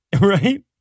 right